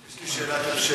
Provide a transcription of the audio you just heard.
יש לי שאלת המשך.